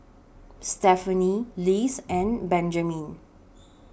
Stephany Liz and Benjamine